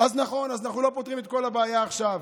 אז נכון, אנחנו לא פותרים את כל הבעיה עכשיו,